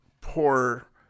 poor